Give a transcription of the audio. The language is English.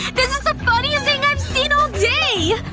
this is the funniest thing i've seen all day!